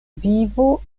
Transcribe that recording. vivo